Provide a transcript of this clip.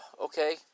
okay